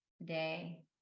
today